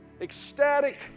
ecstatic